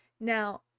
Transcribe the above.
Now